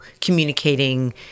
communicating